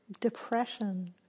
depression